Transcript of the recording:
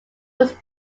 was